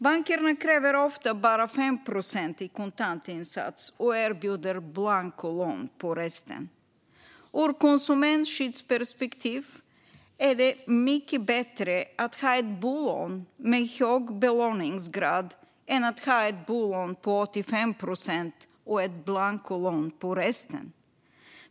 Bankerna kräver ofta bara 5 procent i kontantinsats och erbjuder blancolån på resten. Ur ett konsumentskyddsperspektiv är det mycket bättre att ha ett bolån med hög belåningsgrad än att ha ett bolån på 85 procent och ett blancolån på resten.